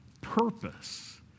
purpose